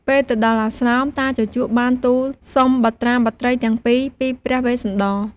ពេលទៅដល់អាស្រមតាជូជកបានទូលសុំបុត្រាបុត្រីទាំងពីរ ពីព្រះវេស្សន្តរ។